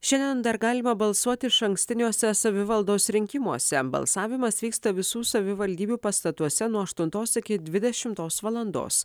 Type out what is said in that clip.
šiandien dar galima balsuoti išankstiniuose savivaldos rinkimuose balsavimas vyksta visų savivaldybių pastatuose nuo aštuntos iki dvidešimtos valandos